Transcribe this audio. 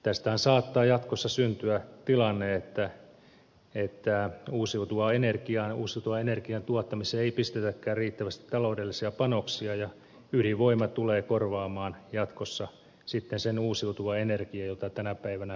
tästähän saattaa jatkossa syntyä tilanne että uusiutuvan energian tuottamiseen ei pistetäkään riittävästi taloudellisia panoksia ja ydinvoima tulee korvaamaan jatkossa sen uusiutuvan energian jota tänä päivänä me haluamme